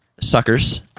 suckers